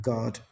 God